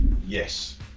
Yes